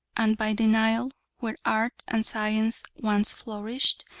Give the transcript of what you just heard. and by the nile, where art and science once flourished,